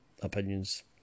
opinions